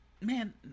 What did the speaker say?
Man